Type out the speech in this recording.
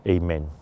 Amen